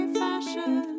fashion